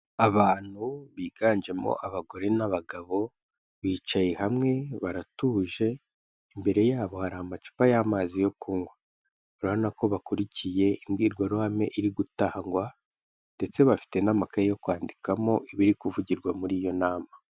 Abantu biganjemo abagore n'abagabo bicaye hamwe baratuje, imbere yabo hari amacupa y'amazi yo kunywa, urabona ko bakurikiye imbwirwaruhame iri gutangwa, ndetse bafite n'amakaye yo kwandikamo ibiri kuvugirwa muri iyo nama.